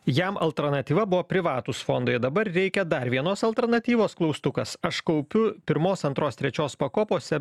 jam alternatyva buvo privatūs fondai dabar reikia dar vienos alternatyvos klaustukas aš kaupiu pirmos antros trečios pakopose